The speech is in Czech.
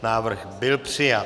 Návrh byl přijat.